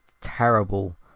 terrible